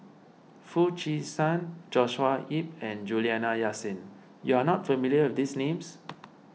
Foo Chee San Joshua Ip and Juliana Yasin you are not familiar with these names